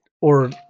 or-